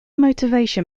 motivation